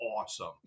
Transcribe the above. awesome